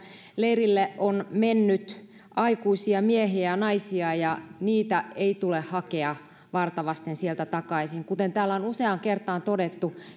leirille on mennyt aikuisia miehiä ja naisia ja heitä ei tule hakea varta vasten sieltä takaisin kuten täällä on useaan kertaan todettu